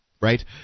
right